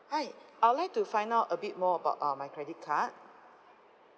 hi I would like to find out a bit more about uh my credit card